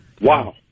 Wow